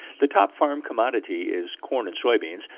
the top farm commodity is corn and soybeans,